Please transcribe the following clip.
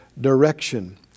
direction